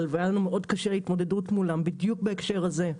והיה לנו מאוד קשה להתמודד מולם בדיוק בהקשר הזה.